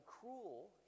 cruel